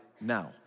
now